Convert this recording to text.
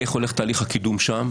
איך הולך תהליך הקידום שם.